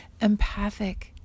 empathic